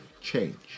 change